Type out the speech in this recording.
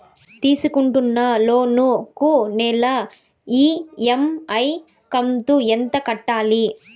తీసుకుంటున్న లోను కు నెల ఇ.ఎం.ఐ కంతు ఎంత కట్టాలి?